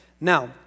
Now